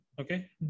okay